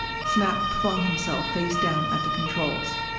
snap flung himself face down at the controls.